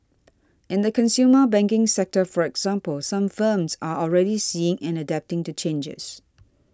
in the consumer banking sector for example some firms are already seeing and adapting to changes